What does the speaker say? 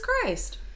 Christ